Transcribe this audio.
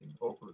over